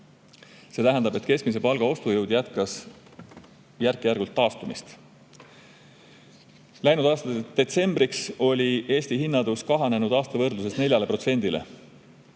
See tähendab, et keskmise palga ostujõud jätkas järk-järgult taastumist. Läinud aasta detsembriks oli Eesti hinnatõus kahanenud aasta võrdluses 4%‑le. Inimeste